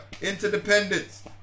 interdependence